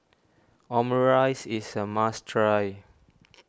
Omurice is a must try